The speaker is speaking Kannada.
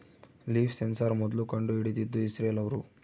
ಲೀಫ್ ಸೆನ್ಸಾರ್ ಮೊದ್ಲು ಕಂಡು ಹಿಡಿದಿದ್ದು ಇಸ್ರೇಲ್ ಅವ್ರು